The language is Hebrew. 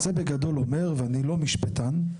זה בגדול אומר, ואני לא משפטן,